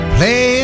Play